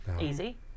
Easy